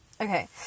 Okay